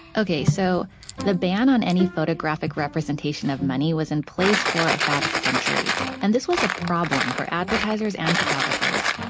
okay, so the ban on any photographic representation of money was in place for about a century, and this was a problem for advertisers and photographers.